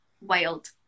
wild